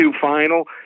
final